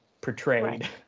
portrayed